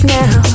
now